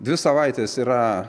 dvi savaitės yra